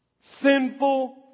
Sinful